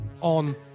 on